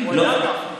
הוא היה ככה.